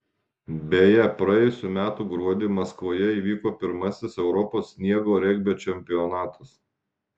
beje praėjusių metų gruodį maskvoje įvyko pirmasis europos sniego regbio čempionatas